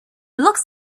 looks